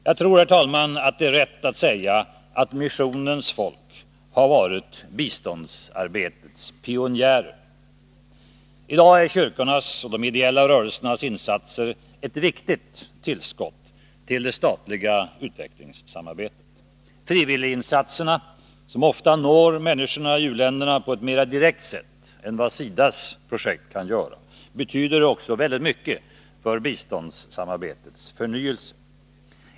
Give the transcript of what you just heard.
Jag tror, herr talman, att det är riktigt att säga att missionens folk var biståndsarbetets pionjärer. I dag är kyrkornas och de ideella rörelsernas insatser ett viktigt tillskott till det statliga utvecklingssamarbetet. Frivilliginsatserna, som ofta når människorna i u-länderna på ett mera direkt sätt än SIDA:s projekt, betyder också väldigt mycket för biståndssamarbetets förnyelse.